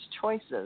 choices